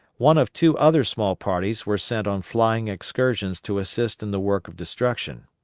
one of two other small parties were sent on flying excursions to assist in the work of destruction.